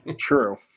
True